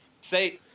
Say